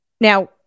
now